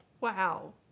Wow